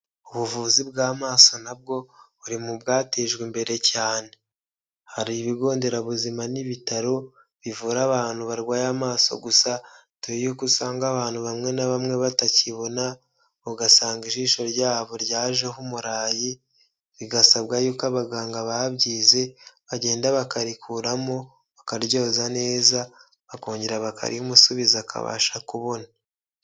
Ubuvuzi bw'amaso nabwo buri mu bwatejwe imbere cyane, hari ibigonderabuzima n'ibitaro bivura abantu barwaye amaso gusa dore yuko usanga abantu bamwe na bamwe batakibona, ugasanga ijisho ryabo ryajeho umurayi bigasabwa yuko abaganga babyize bagenda bakarikuramo, bakaryoza neza akongera bakarimusubiza akabasha kubona.